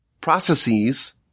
processes